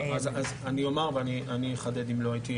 אחדד.